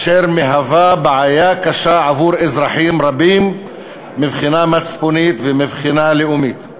אשר מהווה בעיה קשה עבור אזרחים רבים מבחינה מצפונית ומבחינה לאומית.